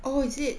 oh is it